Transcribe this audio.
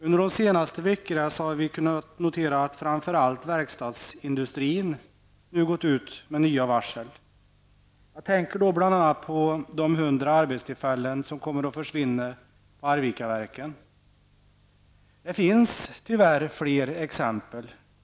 Under de senaste veckorna har vi kunnat notera att framför allt verkstadsindustrin gått ut med nya varsel. Jag tänker bl.a. på de hundra arbetstillfällen som kommer att försvinna vid Arvikaverken. Det finns tyvärr fler exempel.